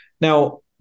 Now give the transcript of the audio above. Now